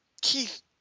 Keith